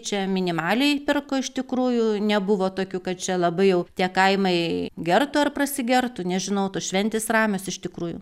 čia minimaliai pirko iš tikrųjų nebuvo tokių kad čia labai jau tie kaimai gertų ar prasigertų nežinau tos šventės ramios iš tikrųjų